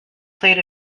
played